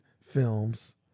films